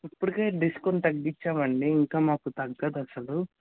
ఇప్పుడికే discount తగ్గించామండీ ఇంకా మాకు తగ్గదు అసలు